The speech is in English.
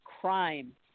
crime